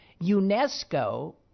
UNESCO